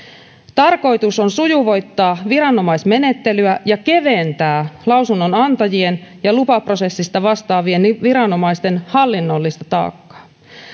tarkoitus on sujuvoittaa viranomaismenettelyä ja keventää lausunnonantajien ja lupaprosessista vastaavien viranomaisten hallinnollista taakkaa